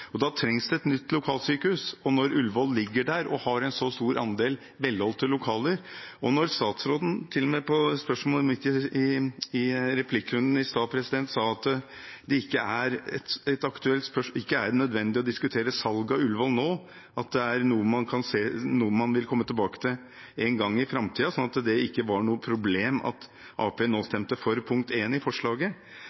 Da trengs det et nytt lokalsykehus. Når Ullevål ligger der og har en så stor andel velholdte lokaler og statsråden til og med på spørsmål i replikkrunden i stad sa at det ikke var nødvendig å diskutere salg av Ullevål nå, at det er noe man vil komme tilbake til en gang i framtiden, slik at det ikke var noe problem at Arbeiderpartiet nå